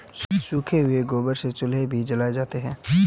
सूखे हुए गोबर से चूल्हे भी जलाए जाते हैं